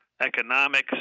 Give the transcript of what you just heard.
economics